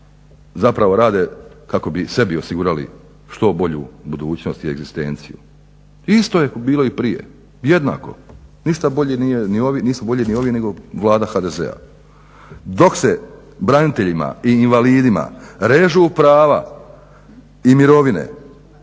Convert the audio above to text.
zapravo rade kako bi sebi osigurali što bolju budućnost i egzistenciju. Isto je bilo i prije, jednako. Ništa bolje nije, nisu bolji ni ovi nego Vlada HDZ-a. Dok se braniteljima i invalidima režu prava i mirovine